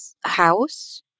House